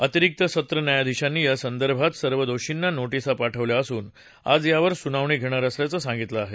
अतिरिक्त सत्र न्यायाधिशांनी या संदर्भात सर्व दोर्षींना नोटिसा पाठवल्या असून आज यावर सुनावणी घेणार असल्याचं सांगितलं आहे